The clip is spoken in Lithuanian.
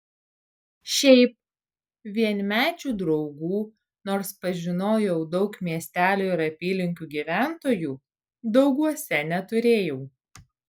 šiaip vienmečių draugų nors pažinojau daug miestelio ir apylinkių gyventojų dauguose neturėjau